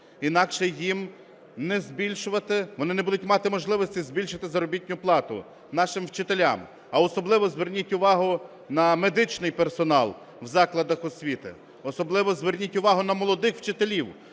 інакше їм не збільшувати… вони не будуть мати можливості збільшити заробітну плату нашим вчителям, а особливо зверніть увагу на медичний персонал в закладах освіти. Особливо зверніть увагу на молодих вчителів,